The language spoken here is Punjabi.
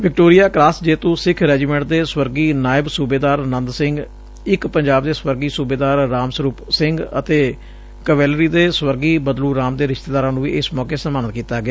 ਵਿਕਟੋਰੀਆ ਕਰਾਸ ਜੇਤੂ ਸਿੱਖ ਰੈਜੀਮੈਂਟ ਦੇ ਸਵਰਗੀ ਨਾਇਬ ਸੁਬੇਦਾਰ ਨੰਦ ਸਿੰਘ ਇਕ ਪੰਜਾਬ ਦੇ ਸਵਰਗੀ ਸੁਬੇਦਾਰ ਰਾਮ ਸਰੁਪ ਸਿੰਘ ਅਤੇ ਕੋਵੇਲਰੀ ਦੇ ਸਵਰਗੀ ਬਦਲੁ ਰਾਮ ਦੇ ਰਿਸਤੇਦਾਰਾਂ ਨੂੰ ਵੀ ਇਸ ਮੌਕੇ ਸਨਮਾਨਿਤ ਕੀਤਾ ਗਿਆ